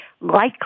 likely